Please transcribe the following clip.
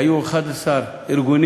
היו 11 ארגונים